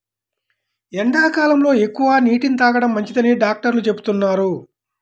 ఎండాకాలంలో ఎక్కువగా నీటిని తాగడం మంచిదని డాక్టర్లు చెబుతున్నారు